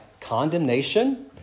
condemnation